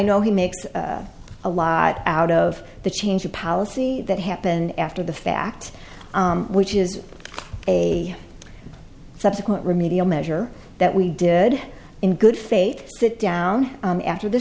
know he makes a lot out of the change of policy that happened after the fact which is a subsequent remedial measure that we did in good faith sit down after the